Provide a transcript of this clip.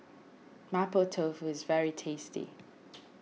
Mapo Tofu is very tasty